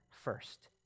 first